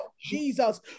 Jesus